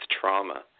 trauma